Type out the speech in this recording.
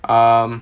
um